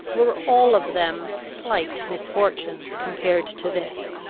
were all of them slight misfortunes compared to this.